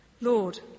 Lord